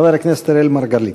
חבר הכנסת אראל מרגלית.